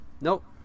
Nope